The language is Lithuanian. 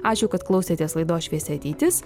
ačiū kad klausėtės laidos šviesi ateitis